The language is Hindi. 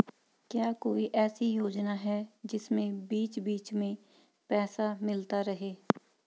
क्या कोई ऐसी योजना है जिसमें बीच बीच में पैसा मिलता रहे?